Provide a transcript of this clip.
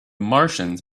martians